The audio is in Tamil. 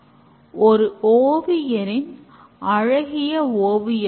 இங்கு வேறுவிதமான சொற்களும் பயன்படுத்ப்படுகின்றன